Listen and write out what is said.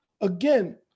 again